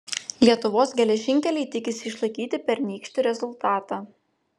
lietuvos geležinkeliai tikisi išlaikyti pernykštį rezultatą